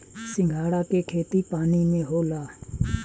सिंघाड़ा के खेती पानी में होला